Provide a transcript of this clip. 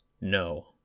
No